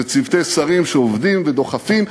זה צוותי שרים שעובדים ודוחפים,